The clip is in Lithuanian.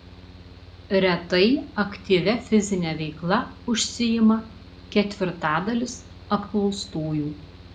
retai aktyvia fizine veikla užsiima ketvirtadalis apklaustųjų